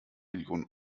millionen